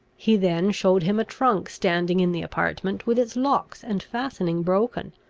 he then showed him a trunk standing in the apartment with its locks and fastening broken,